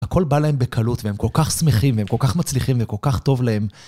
הכל בא להם בקלות והם כל כך שמחים והם כל כך מצליחים והם כל כך טוב להם.